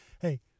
Hey